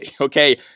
okay